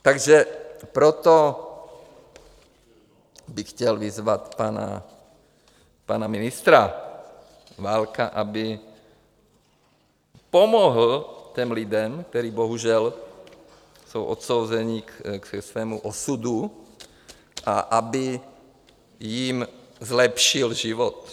Takže proto bych chtěl vyzvat pana ministra Válka, aby pomohl těm lidem, kteří bohužel jsou odsouzeni ke svému osudu, a aby jim zlepšil život.